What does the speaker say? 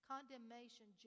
Condemnation